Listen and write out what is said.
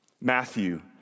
Matthew